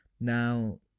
now